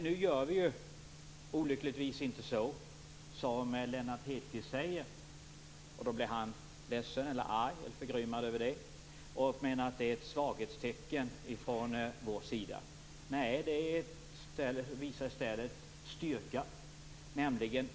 Nu gör vi inte så som Lennart Hedquist föreslår, och då blir han förgrymmad och menar att det är fråga om ett svaghetstecken från vår sida. Nej, det visar i stället på styrka.